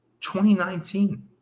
2019